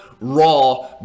raw